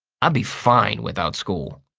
i'd be fine without school.